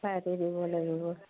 party দিব লাগিব